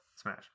smash